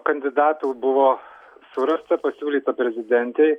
kandidatų buvo surasta pasiūlyta prezidentei